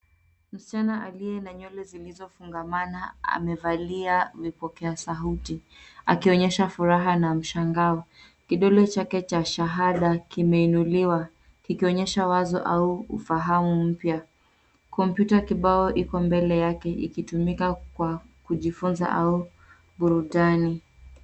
Msichana aliye na nywele zilizofungamana amevalia vipokea sauti. Akionyesha furaha na mshangao. Kidole chake cha shahada kimeinuliwa, kikionyesha wazo au ufahamu mpya. Kompyuta kibawa ikombele yake ikitumika kwa kujifunza au burudani.